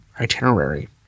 itinerary